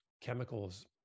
chemicals